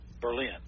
Berlin